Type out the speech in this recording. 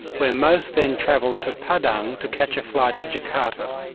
where most then travelled to padang to catch a flight to jakarta.